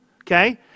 okay